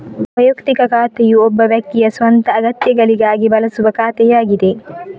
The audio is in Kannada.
ವೈಯಕ್ತಿಕ ಖಾತೆಯು ಒಬ್ಬ ವ್ಯಕ್ತಿಯ ಸ್ವಂತ ಅಗತ್ಯಗಳಿಗಾಗಿ ಬಳಸುವ ಖಾತೆಯಾಗಿದೆ